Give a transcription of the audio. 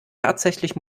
tatsächlich